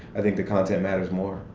i think the content matters more.